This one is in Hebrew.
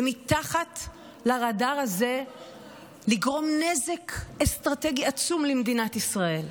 ומתחת לרדאר הזה לגרום נזק אסטרטגי עצום למדינת ישראל.